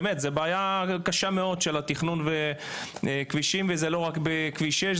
באמת זו בעיה קשה מאוד של תכנון הכבישים וזה לא רק בכביש 6,